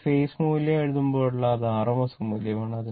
നമ്മൾ ഫേസ് മൂല്യം എഴുതുമ്പോഴെല്ലാം അത് rms മൂല്യമാണ്